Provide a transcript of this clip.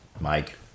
Mike